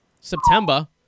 september